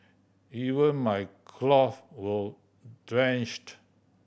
even my clothe were drenched